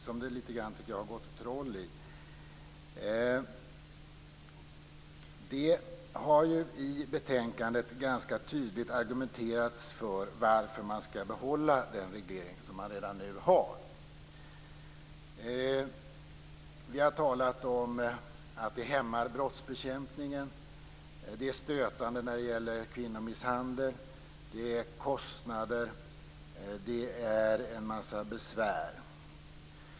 Jag tycker att det har gått lite troll i den. I betänkandet har det ganska tydligt argumenterats för varför vi skall behålla den reglering som vi redan nu har. Vi har talat om att det hämmar brottsbekämpningen, det är stötande när det gäller kvinnomisshandel, det är kostnader och en massa besvär.